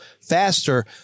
faster